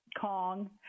Kong